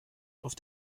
auf